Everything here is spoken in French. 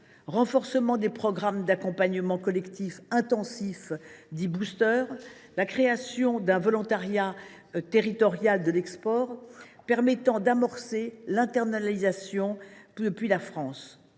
renforcement des programmes d’accompagnement collectif intensif, dit, la création d’un volontariat territorial de l’export, permettant d’amorcer l’internationalisation depuis la France,